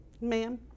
Ma'am